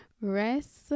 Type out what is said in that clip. rest